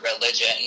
religion